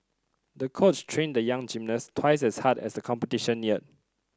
the coach trained the young gymnast twice as hard as the competition neared